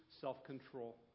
self-control